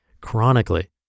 chronically